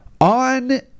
on